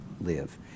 live